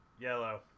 Yellow